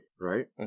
right